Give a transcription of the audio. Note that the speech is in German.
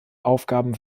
aufgaben